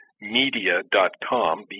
media.com